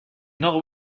nord